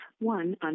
one